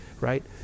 right